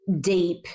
deep